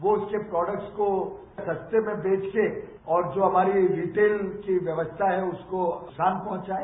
वो उसके प्रोडक्ट्स को सस्ते में बेच के और जो हमारी रिटेल की व्यवस्था है उसको नुकसान पहुंचाए